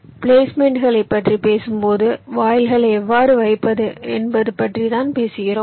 பிளேஸ்மெண்ட்களைப்களைப் பற்றி பேசும்போது வாயில்களை எவ்வாறு வைப்பது என்பது பற்றித்தான் பேசுகிறோம்